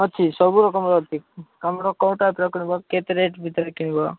ଅଛି ସବୁ ରକମର ଅଛି ତମର କେଉଁ ଟାଇପ୍ର କିଣିବ କେତେ ରେଟ୍ ଭିତରେ କିଣିବ